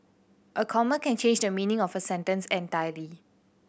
a comma can change the meaning of a sentence entirely